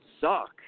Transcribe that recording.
suck